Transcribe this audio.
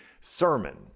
sermon